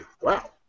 wow